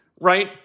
right